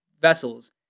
vessels